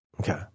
Okay